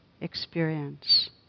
experience